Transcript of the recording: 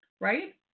right